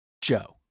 Joe